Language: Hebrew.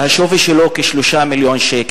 שהשווי שלו הוא כ-3 מיליון שקל.